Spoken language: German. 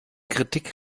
kritik